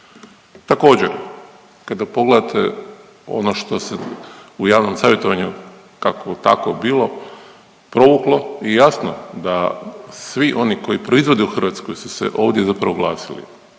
Također kada pogledate ono što se u javnom savjetovanju, kako tako bilo provuklo i jasno da svi oni koji proizvode u Hrvatskoj su se ovdje zapravo oglasili